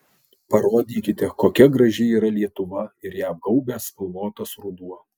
parodykite kokia graži yra lietuva ir ją apgaubęs spalvotas ruduo